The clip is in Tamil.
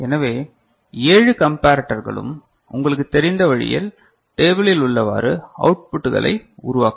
எனவே 7 கம்பரட்டர்களும் உங்களுக்குத் தெரிந்த வழியில் டேபிளில் உள்ளவாறு அவுட்புட்களை உருவாக்கும்